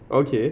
okay